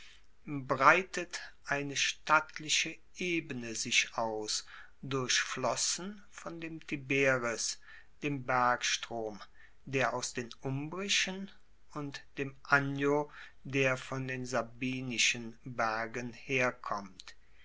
breitet eine stattliche ebene sich aus durchflossen von dem tiberis dem bergstrom der aus den umbrischen und dem anio der von den sabinischen bergen herkommt